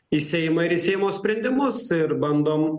į seimą ir į seimo sprendimus ir bandom